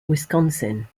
wisconsin